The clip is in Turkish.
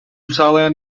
sağlayan